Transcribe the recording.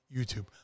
YouTube